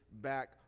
back